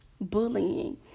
Bullying